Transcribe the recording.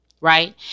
right